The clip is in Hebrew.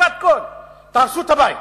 חסרת כול: תהרסו את הבית.